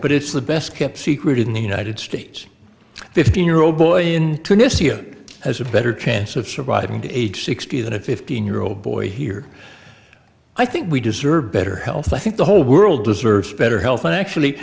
but it's the best kept secret in the united states fifteen year old boy in tunis see it as a better chance of surviving to age sixty than a fifteen year old boy here i think we deserve better health i think the whole world deserves better health than actually